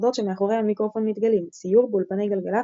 הסודות שמאחורי המיקרופון מתגלים – סיור באולפני גלגלצ,